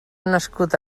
nascut